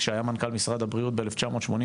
כשהיה מנכ"ל משרד הבריאות ב-1988.